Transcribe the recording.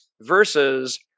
versus